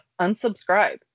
unsubscribe